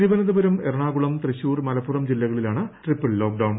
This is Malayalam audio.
തിരുവനന്തപുരം എറണാകുളം തൃശൂർ മലപ്പുറം ജില്ലകളിലാണ് ട്രിപ്പിൾ ലോക്ഡൌൺ